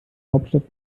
hauptstadt